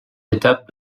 étapes